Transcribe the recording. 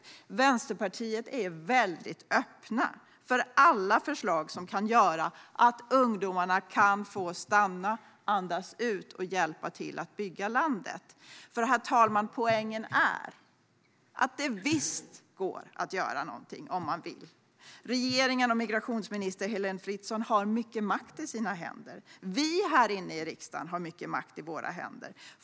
Vi i Vänsterpartiet är öppna för alla förslag som kan göra att ungdomarna får stanna, andas ut och hjälpa till att bygga landet. Herr talman! Poängen är att det visst går att göra något om man vill. Regeringen och migrationsminister Heléne Fritzon har mycket makt i sina händer. Vi här inne i riksdagen har mycket makt i våra händer.